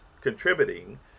contributing